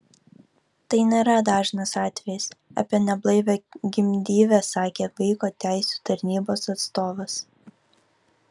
tai nėra dažnas atvejis apie neblaivią gimdyvę sakė vaiko teisių tarnybos atstovas